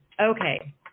Okay